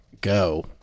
go